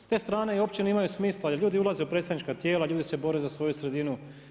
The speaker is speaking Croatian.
S te strane općine imaju smisla jer ljudi ulaze u predstavnička tijela, ljudi se bore za svoju sredinu.